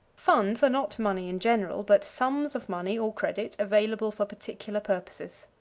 funds are not money in general, but sums of money or credit available for particular purposes.